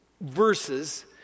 verses